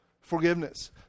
forgiveness